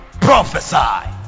Prophesy